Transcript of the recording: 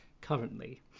currently